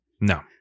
no